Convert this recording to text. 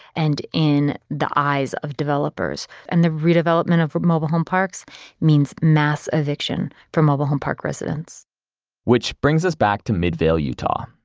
and in the eyes of developers, and the redevelopment of mobile home parks means mass eviction for mobile home park residents which brings us back to midvale, utah,